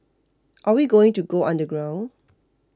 are we going to go underground